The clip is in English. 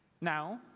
Now